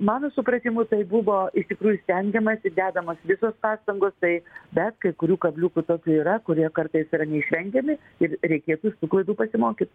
mano supratimu tai buvo iš tikrųjų stengiamasi dedamos visos pastangos tai bet kai kurių kabliukų tokių yra kurie kartais yra neišvengiami ir reikėtų iš tų klaidų pasimokyt